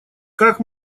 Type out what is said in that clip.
как